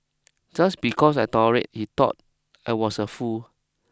just because I tolerated he thought I was a fool